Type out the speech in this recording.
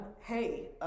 hey